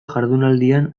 jardunaldian